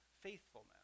faithfulness